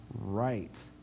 right